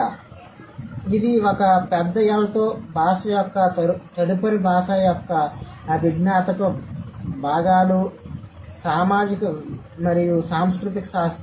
కాబట్టి ఇది ఒక పెద్ద L తో భాష యొక్క తదుపరి భాష యొక్క అభిజ్ఞాత్మక భాగాలు సామాజిక మరియు సాంస్కృతిక శాస్త్రం